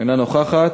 אינה נוכחת,